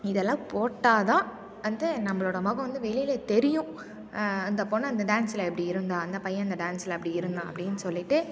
இதெல்லாம் போட்டால் தான் வந்து நம்மளோட முகம் வந்து வெளியில் தெரியும் அந்த பொண்ணு அந்த டான்ஸ்ல அப்படி இருந்தாள் அந்த பையன் அந்த டான்ஸ்ல அப்படி இருந்தான் அப்படின்னு சொல்லிட்டு